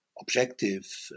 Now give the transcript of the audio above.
objective